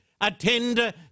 attend